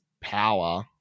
power